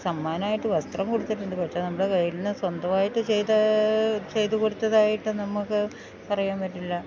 സമ്മാനമായിട്ട് വസ്ത്രം കൊടുത്തിട്ടുണ്ട് പക്ഷെ നമ്മുടെ കയ്യിൽ നിന്ന് സ്വന്തവായിട്ട് ചെയ്ത ചെയ്ത് കൊടുത്തതായിട്ട് നമുക്ക് പറയാന് പറ്റില്ല